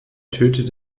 tötet